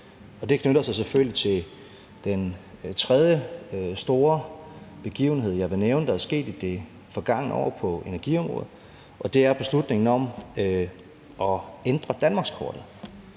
det knytter sig selvfølgelig til den tredje store begivenhed, jeg vil nævne, der er sket i den forgangne år på energiområdet, og det er beslutningen om at ændre danmarkskortet.